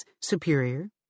superior